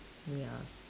ya